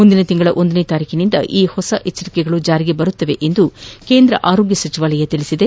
ಮುಂದಿನ ತಿಂಗಳು ಒಂದನೇ ತಾರೀಖಿನಿಂದ ಈ ಹೊಸ ಎಚ್ಚರಿಕೆಗಳು ಜಾರಿಗೆ ಬರಲಿವೆ ಎಂದು ಕೇಂದ್ರ ಆರೋಗ್ಯ ಸಚಿವಾಲಯ ತಿಳಿಸಿದೆ